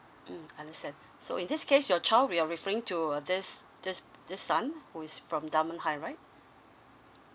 mm understand so in this case your child you're referring to uh this this this son who is from dunman high right